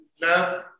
no